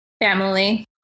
Family